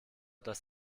dass